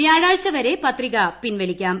വ്യാഴാഴ്ച വരെ പത്രിക പിൻവലിക്കാം